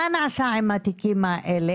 מה נעשה עם התיקים האלה?